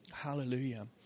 Hallelujah